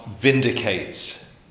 vindicates